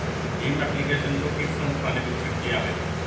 Bhim application को किस संस्था ने विकसित किया है?